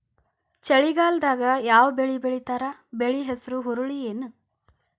ಚಳಿಗಾಲದಾಗ್ ಯಾವ್ ಬೆಳಿ ಬೆಳಿತಾರ, ಬೆಳಿ ಹೆಸರು ಹುರುಳಿ ಏನ್?